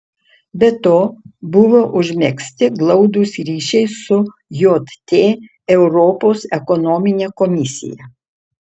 be to buvo užmegzti glaudūs ryšiai su jt europos ekonomine komisija